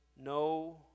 no